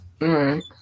Right